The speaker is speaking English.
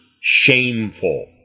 shameful